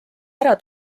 ära